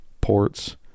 ports